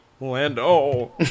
Lando